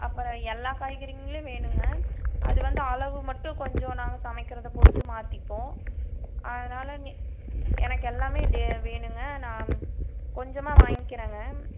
அப்பறம் எல்லா காய்கறிங்களும் வேணுங்க அது வந்து அளவு மட்டும் கொஞ்சம் நாங்கள் சமைக்கிறதை பொருத்து மாற்றிப்போம் அதனால் எனக்கெல்லாம் வேணுங்க நான் கொஞ்சமாக வாங்க்கிறங்க